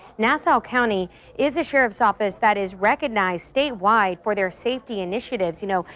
nassau county is a sheriff's office that is recognized statewide for their safety initiatives. you know,